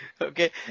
Okay